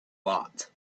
lot